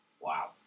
Wow